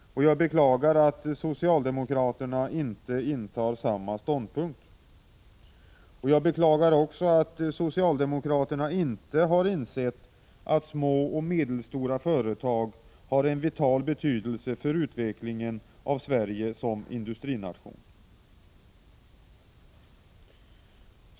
Jag beklagar att socialdemokraterna inte intar samma ståndpunkt. Och jag beklagar även att socialdemokraterna inte har insett att små och medelstora företag är av vital betydelse för utvecklingen av Sverige som industrination.